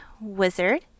wizard